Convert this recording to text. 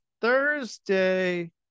Thursday